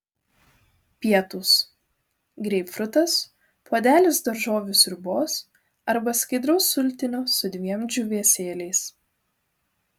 pietūs greipfrutas puodelis daržovių sriubos arba skaidraus sultinio su dviem džiūvėsėliais